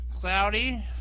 Cloudy